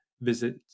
visit